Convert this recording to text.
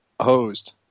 hosed